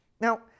Now